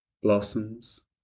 Blossoms